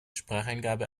spracheingabe